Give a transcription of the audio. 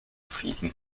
feeding